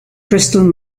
crystal